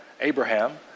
Abraham